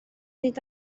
nid